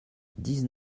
dix